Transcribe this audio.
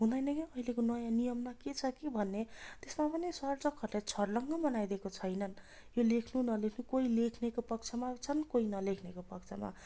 हुँंदैन कि अहिलेको नयाँ नियममा के छ कि भन्ने त्यसमा पनि सर्जकहरूले छर्लङ्ग बनाइदिएको छैन यो लेख्नु नलेख्नु कोही लेख्नेको पक्षमा छन् कोही नलेख्नेको पक्षमा छ